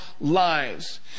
lives